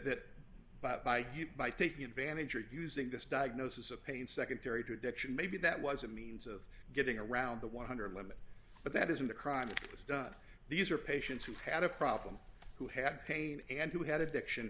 but by good by taking advantage of using this diagnosis of pain secondary to addiction maybe that was a means of getting around the one hundred limit but that isn't a crime that's done these are patients who had a problem who had pain and who had addiction